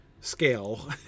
scale